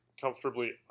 comfortably